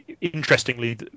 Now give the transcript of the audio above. interestingly